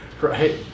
right